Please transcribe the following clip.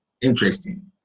Interesting